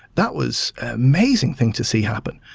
that was amazing thing to see happen.